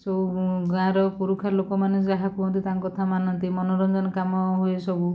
ସବୁ ଗାଁର ପୁରୁଖା ଲୋକମାନେ ଯାହା କୁହନ୍ତି ତାଙ୍କ କଥା ମାନନ୍ତି ମନୋରଞ୍ଜନ କାମ ହୁଏ ସବୁ